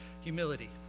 humility